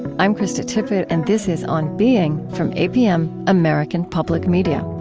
i'm krista tippett, and this is on being from apm, american public media